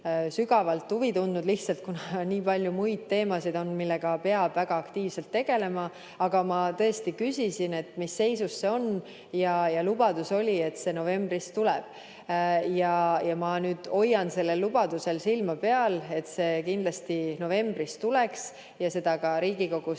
sügavat huvi tundnud, kuna on nii palju muid teemasid, millega peab väga aktiivselt tegelema. Aga ma tõesti küsisin, mis seisus see on, ja lubadus oli, et see [aruanne] novembris tuleb. Ma nüüd hoian sellel lubadusel silma peal, et see kindlasti novembris tuleks ja seda ka Riigikogus